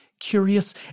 curious